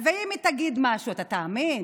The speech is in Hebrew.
ואם היא תגיד משהו, אתה תאמין?